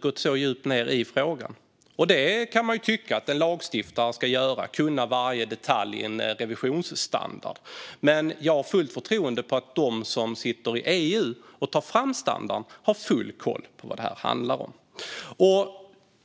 gått in i frågan på djupet. Man kan tycka att en lagstiftare ska göra det och kunna varje detalj i en revisionsstandard. Men jag har fullt förtroende för att de som sitter i EU och tar fram en sådan standard har full koll på vad detta handlar om.